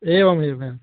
एवमेवम् एवं